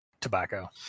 tobacco